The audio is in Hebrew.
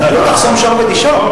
לא תחסום שור בדישו.